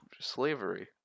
Slavery